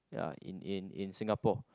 ya in in in Singapore